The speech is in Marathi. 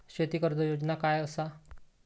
शेती कर्ज योजना काय असा?